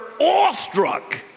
awestruck